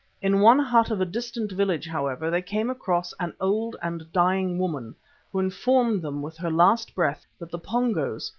in one hut of a distant village, however, they came across an old and dying woman who informed them with her last breath that the pongos,